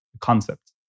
concept